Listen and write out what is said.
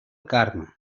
carme